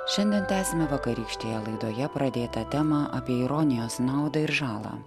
šiandien tęsime vakarykštėje laidoje pradėtą temą apie ironijos naudą ir žalą